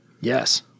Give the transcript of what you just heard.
Yes